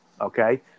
Okay